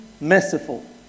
merciful